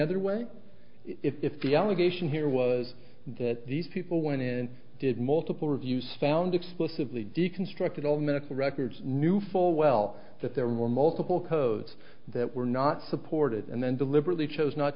other way if the allegation here was that these people went in and did multiple review style and explicitly deconstructed all medical records knew full well that there were multiple codes that were not supported and then deliberately chose not